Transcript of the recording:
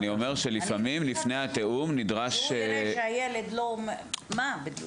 מה בדיוק?